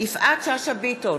יפעת שאשא ביטון,